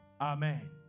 Amen